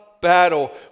battle